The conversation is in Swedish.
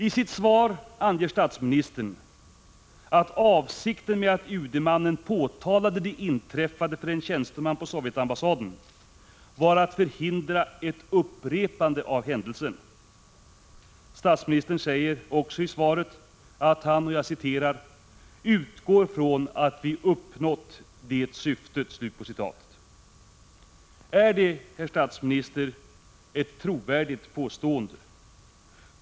I sitt svar anger statsministern att avsikten med att UD-mannen påtalade det inträffade för en tjänsteman på Sovjetambassaden var att förhindra ett upprepande av händelsen. Statsministern säger också i svaret att han ”utgår från att vi uppnått det syftet”. Är det, herr statsminister, ett trovärdigt påstående?